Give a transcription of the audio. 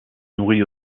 nourrit